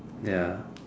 ya